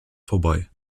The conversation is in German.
vorbei